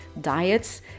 diets